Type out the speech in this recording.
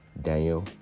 Daniel